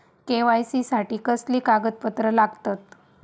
KYC साठी कसली कागदपत्र लागतत?